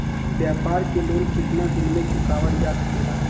व्यापार के लोन कितना दिन मे चुकावल जा सकेला?